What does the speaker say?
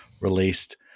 released